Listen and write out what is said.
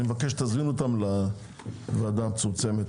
תזמין אותן לוועדה המצומצמת.